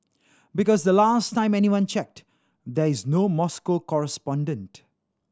because the last time anyone checked there is no Moscow correspondent